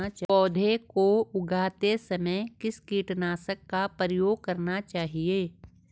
पौध को उगाते समय किस कीटनाशक का प्रयोग करना चाहिये?